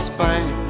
Spain